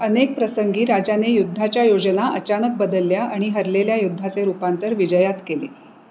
अनेक प्रसंगी राजाने युद्धाच्या योजना अचानक बदलल्या आणि हरलेल्या युद्धाचे रूपांतर विजयात केले